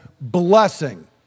blessing